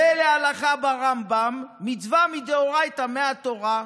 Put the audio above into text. ולהלכה ברמב"ם: מצווה מדאורייתא, מהתורה: